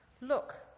Look